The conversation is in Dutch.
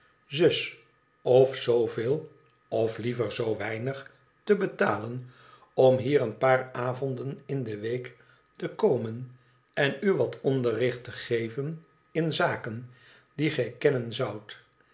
zus of zoo veel of liever zoo weinig te betalen om hier een paar avonden in de week te komen en u wat onderricht te geven in zaken die gij kennen zoudt